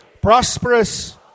prosperous